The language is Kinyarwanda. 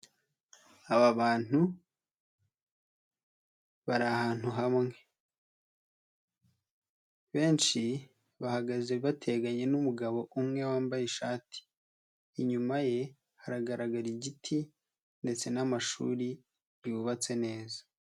Aba bantu bari ahantu hamwe. Benshi bahagaze bateganye n'umugabo umwe wambaye ishati. Inyuma ye haragaragara igiti ndetse n'amashuri yubatse neza.